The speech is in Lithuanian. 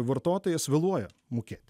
vartotojas vėluoja mokėti